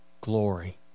glory